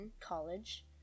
college